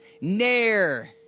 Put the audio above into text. Nair